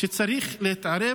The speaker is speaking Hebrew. שצריך להתערב,